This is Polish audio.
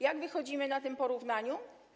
Jak wychodzimy na tym porównaniu?